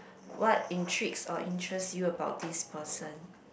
what intrigues or interest you about this person